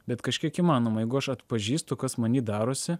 bet kažkiek įmanoma jeigu aš atpažįstu kas many darosi